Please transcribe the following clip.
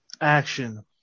action